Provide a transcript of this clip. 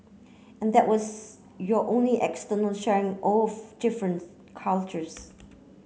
and that was your only external sharing of different cultures